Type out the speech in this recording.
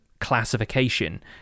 classification